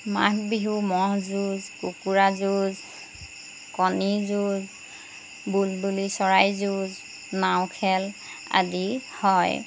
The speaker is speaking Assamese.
মাঘ বিহু ম'হ যুঁজ কুকুৰা যুঁজ কণী যুঁজ বুলবুলি চৰাই যুঁজ নাওখেল আদি হয়